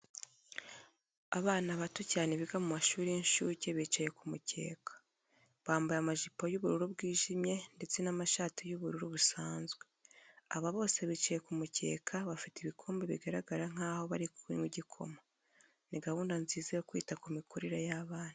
Abana bato cyane biga mu mashuri y'inshuke bicaye ku mukeka, bambaye amajipo y'ubururu bwijimye ndetse n'amashati y'ubururu busanzwe. Aba bose bicaye ku mukeka bafite ibikombe bigaragara nkaho bari kunywa igikoma. Ni gahunda nziza yo kwita ku mikurire y'abana.